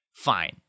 fine